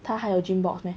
他还有 Gymmboxx meh